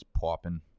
popping